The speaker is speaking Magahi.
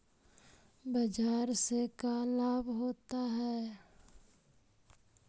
बाजार से का लाभ होता है?